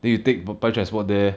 then you take public transport there